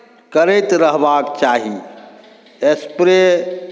करैत रहबाक चाही स्प्रे